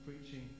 preaching